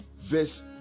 verse